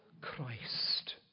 Christ